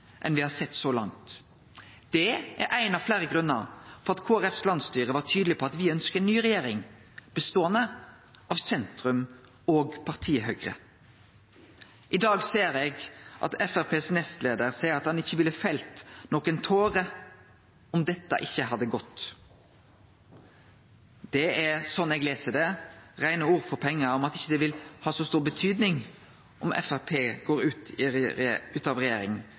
enn me har sett så langt. Det er ein av fleire grunnar til at landsstyret til Kristeleg Folkeparti var tydeleg på at me ønskjer ei ny regjering som består av sentrum og partiet Høgre. I dag ser eg at nestleiaren i Framstegspartiet seier at han ikkje ville ha felt noka tåre om dette ikkje hadde gått. Det er, slik eg les det, reine ord for pengane – at det ikkje vil ha så stor betyding om Framstegspartiet går ut av